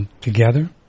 Together